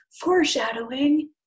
foreshadowing